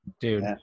dude